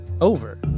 over